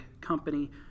company